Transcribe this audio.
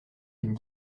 une